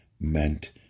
meant